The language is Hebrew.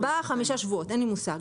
4-5 שבועות אין לי מושג.